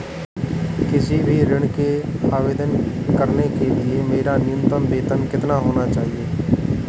किसी भी ऋण के आवेदन करने के लिए मेरा न्यूनतम वेतन कितना होना चाहिए?